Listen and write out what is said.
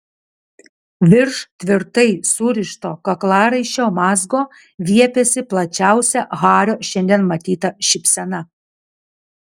virš tvirtai surišto kaklaraiščio mazgo viepėsi plačiausia hario šiandien matyta šypsena